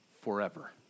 forever